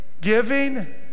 giving